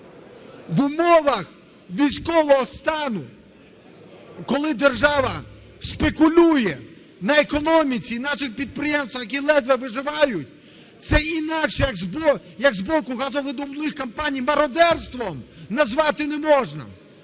В умовах військового стану, коли держава спекулює на економіці і наших підприємствах, які ледве виживають, це інакше, як з боку газовидобувних компаній мародерством, назвати не можна.